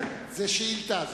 זאת שאילתא,